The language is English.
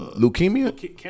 Leukemia